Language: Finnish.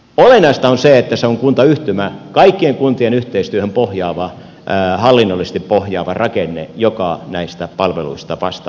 olennaista on se että se on kuntayhtymä kaikkien kuntien yhteistyöhön hallinnollisesti pohjaava rakenne joka näistä palveluista vastaa